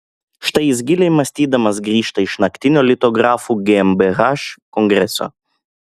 štai jis giliai mąstydamas grįžta iš naktinio litografų gmbh kongreso